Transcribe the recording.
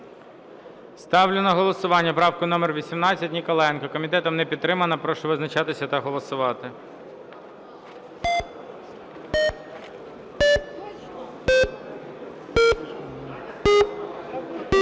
Ставлю на голосування правку номер 18 Ніколаєнка. Комітетом не підтримана. Прошу визначатися та голосувати.